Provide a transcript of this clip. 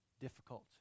difficult